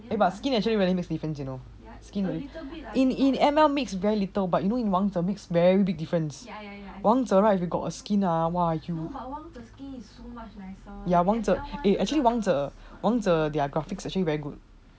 eh but skin actually really makes a difference you know skin in in M_L makes very little but you know wangzhe makes very big difference wangzhe right if you got a skin ah !wah! you ya wangzhe eh actually wangzhe wangzhe their graphics actually very good